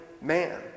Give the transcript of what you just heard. man